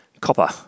Copper